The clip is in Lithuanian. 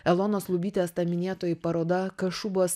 elonos lubytės minėtoji paroda kašubos